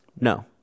No